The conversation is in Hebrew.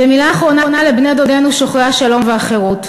ומילה אחרונה לבני-דודינו שוחרי השלום והחירות.